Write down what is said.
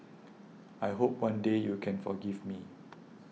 I hope one day you can forgive me